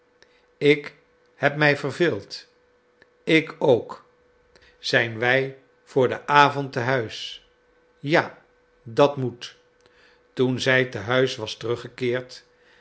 ik heb mij verveeld ik ook zijn wij voor den avond te huis ja dat moet toen zij te huis was teruggekeerd